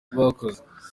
bakoze